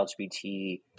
LGBT